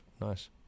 Nice